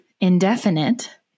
indefinite